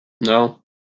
No